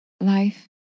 life